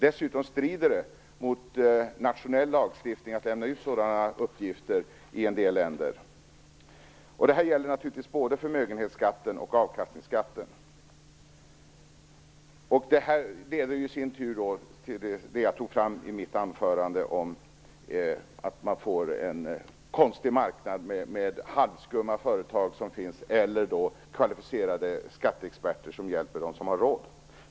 Dessutom strider det i en del länder mot nationell lagstiftning att lämna ut sådan uppgifter. Det här gäller naturligtvis både förmögenhetsskatten och avkastningsskatten. Det leder i sin tur till det jag tog upp i mitt anförande, alltså att man får en konstig marknad med halvskumma företag eller kvalificerade skatteexperter som hjälper dem som har råd.